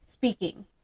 speaking